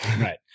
Right